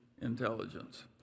intelligence